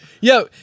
Yo